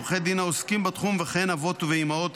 עורכי דין העוסקים בתחום וכן אבות ואימהות,